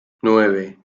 nueve